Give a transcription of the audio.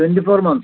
twenty four months